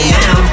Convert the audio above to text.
now